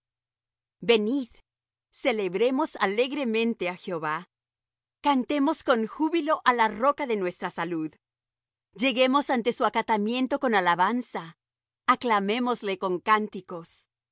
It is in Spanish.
venid celebremos alegremente á jehová cantemos con júbilo á la roca de nuestra salud lleguemos ante su acatamiento con alabanza aclamémosle con cánticos